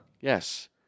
Yes